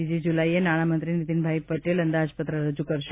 બીજી જુલાઇએ નાણામંત્રી નીતીનભાઇ પટેલ અંદાજપત્ર રજૂ કરશે